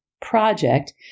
project